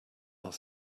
are